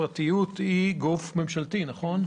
הפרטיות היא גוף ממשלתי, נכון?